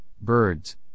birds